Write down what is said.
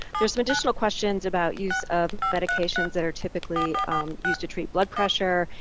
there are some additional questions about use of medications that are typically used to treat blood pressure,